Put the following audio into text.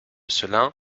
cela